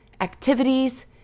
activities